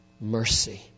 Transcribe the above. mercy